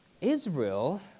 Israel